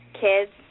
kids